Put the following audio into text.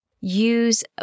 use